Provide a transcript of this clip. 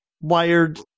wired